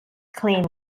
clean